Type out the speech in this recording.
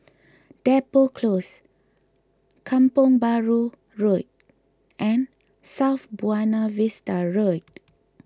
Depot Close Kampong Bahru Road and South Buona Vista Road